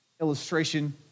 illustration